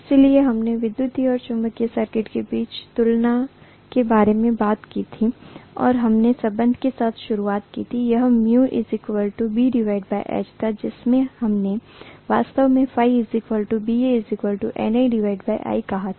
इसलिए हमने विद्युत और चुंबकीय सर्किट के बीच तुलना के बारे में बात की थी और हमने संबंध के साथ शुरुआत की थी यह μBH था जिसमें से हमने वास्तव में ΦBANilकहा था